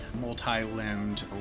multi-limbed